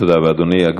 תודה רבה, אדוני.